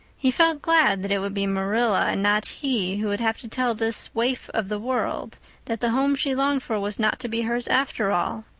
he felt glad that it would be marilla and not he who would have to tell this waif of the world that the home she longed for was not to be hers after all.